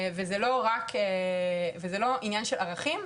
וזה לא עניין של ערכים,